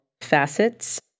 facets